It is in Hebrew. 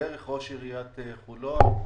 ובדרך ראש עיריית חולון.